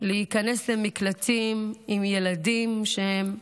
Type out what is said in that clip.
להיכנס למקלטים עם ילדים שהם קטינים,